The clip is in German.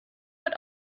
wird